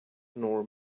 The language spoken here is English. nor